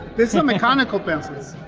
these are mechanical pencils,